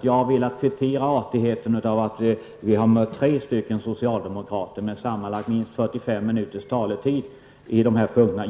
Jag har velat kvittera den artigheten. Vi har i den här debatten tre socialdemokrater med en sammanlagd taletid av minst 45 minuter.